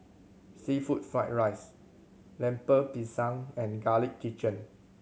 seafood fried rice Lemper Pisang and Garlic Chicken